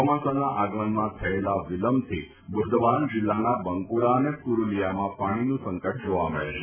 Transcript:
યોમાસાના આગમનમાં થયેલા વિલંબથી બુર્દવાન જિલ્લાના બંકુરા તથા પુરૂલીયામાં પાણીનું સંકટ જાવા મળે છે